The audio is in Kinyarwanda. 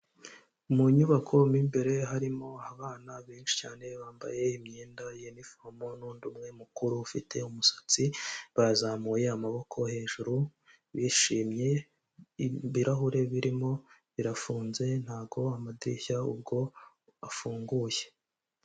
Mu nyubako mo imbere, harimo abana benshi cyane bambaye imyenda ya inifomo; n'undi umwe mukuru ufite umusatsi, bazamuye amaboko hejuru bishimye. Ibirahuri birimo birafunze, ntago amadirishya ubwo afunguye.